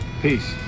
Peace